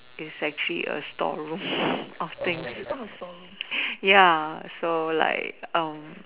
is actually a storeroom of things ya so like um